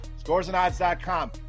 scoresandodds.com